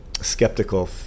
skeptical